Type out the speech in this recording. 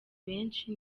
benshi